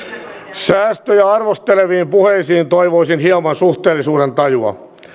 säästöjä arvosteleviin puheisiin toivoisin hieman suhteellisuudentajua